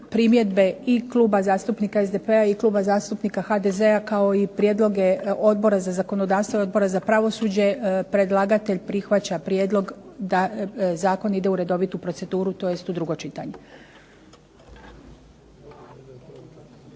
primjedbe i Kluba zastupnika SDP-a i Kluba zastupnika HDZ-a kao i prijedloge Odbora za zakonodavstvo i Odbora za pravosuđe predlagatelj prihvaća prijedlog da zakon ide u redovitu proceduru tj. u drugo čitanje.